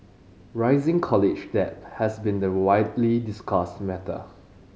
rising college debt has been the widely discussed matter